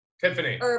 Tiffany